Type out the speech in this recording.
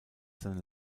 seine